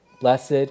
Blessed